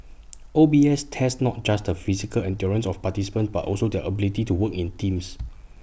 O B S tests not just the physical endurance of participants but also their ability to work in teams